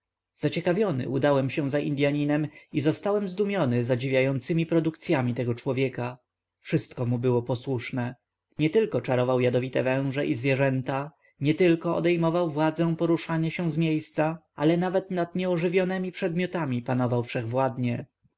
zaciekawiony udałem się za indyaninem i zostałem zdumiony zadziwiającemi produkcyami tego człowieka wszystko mu było posłuszne nietylko czarował jadowite węże i zwierzęta nietylko odejmował władzę poruszania się z miejsca ale nawet nad nieożywionemi przedmiotami panował